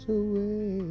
away